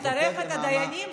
הוא יצטרך את הדיינים,